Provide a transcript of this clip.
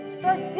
start